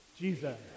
Jesus